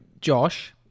Josh